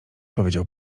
powiedział